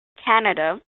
canada